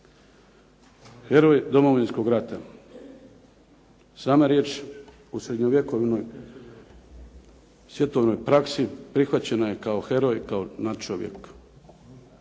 Heroj Domovinskog rata, sama riječ u srednjovjekovnoj svjetovnoj praksi prihvaćena je kao heroj, kao nadčovjek.